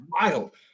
wild